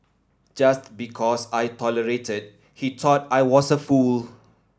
just because I tolerated he thought I was a fool